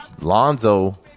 Lonzo